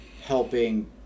helping